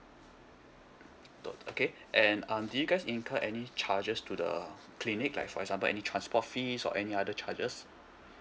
okay and um do you guys incurred any charges to the clinic like for example any transport fees or any other charges